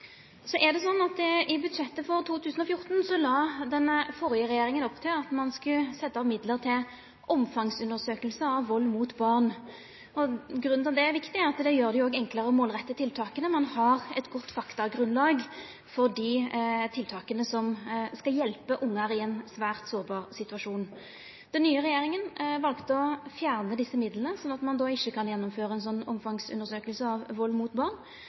I budsjettet for 2014 la den førre regjeringa opp til at ein skulle setja av midlar til omfangsundersøking av vald mot barn. Grunnen til at det er viktig, er at det òg gjer det enklare å målretta tiltaka – ein har eit godt faktagrunnlag for dei tiltaka som skal hjelpa barn i ein svært sårbar situasjon. Den nye regjeringa valde å fjerna desse midlane, så ein då ikkje kan gjennomføra ei sånn omfangsundersøking av vald mot barn.